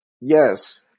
yes